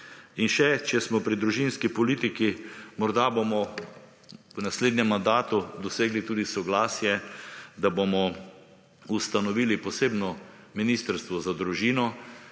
In še, če smo pri družinski politiki morda bomo v naslednjem mandatu dosegli tudi soglasje, da bomo ustanovili posebno Ministrstvo za družino,